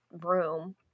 room